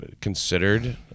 considered